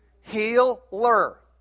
Healer